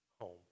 home